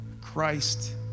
Christ